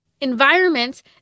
environments